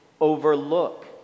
overlook